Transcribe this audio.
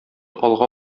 алга